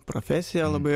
profesiją labai